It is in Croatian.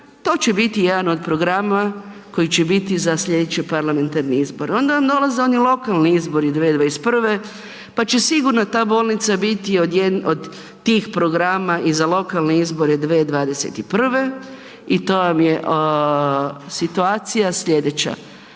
to će biti jedan od programa koji će biti za sljedeće parlamentarne izbore. Onda vam dolaze oni lokalni izbori 2021. pa će sigurno ta bolnica biti od tih programa i za lokalne izbore 2021. i to vam je situacija sljedeća.